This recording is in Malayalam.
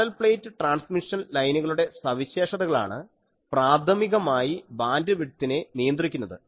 പാരലൽ പ്ലേറ്റ് ട്രാൻസ്മിഷൻ ലൈനുകളുടെ സവിശേഷതകളാണ് പ്രാഥമികമായി ബാൻഡ് വിഡ്ത്തിനെ നിയന്ത്രിക്കുന്നത്